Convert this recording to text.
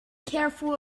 careful